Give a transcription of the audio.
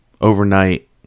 overnight